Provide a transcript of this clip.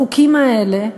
החוקים האלה,